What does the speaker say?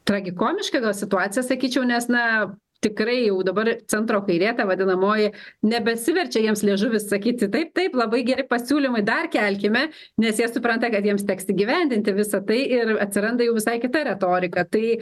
tragikomiška gal situacija sakyčiau nes na tikrai jau dabar centro kairė ta vadinamoji nebesiverčia jiems liežuvis sakyti taip taip labai geri pasiūlymai dar kelkime nes jie supranta kad jiems teks įgyvendinti visa tai ir atsiranda jau visai kita retorika tai